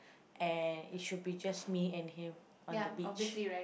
and it should be just me and him on the beach